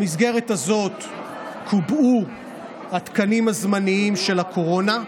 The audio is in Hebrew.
במסגרת הזאת הובאו התקנים הזמניים של הקורונה,